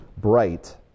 bright